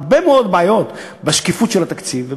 הרבה מאוד בעיות בשקיפות של התקציב,